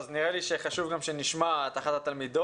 אז נראה לי שחשוב גם שנשמע את אחת התלמידות.